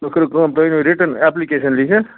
تُہۍ کٔرِو کٲم تُہۍ أنِو رِٹٕن اٮ۪پلِکیشَن لیٚکِتھ